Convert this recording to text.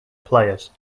players